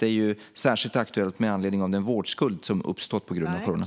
Det är särskilt aktuellt med anledning av den vårdskuld som uppstått på grund av corona.